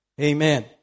Amen